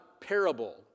parable